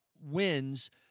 wins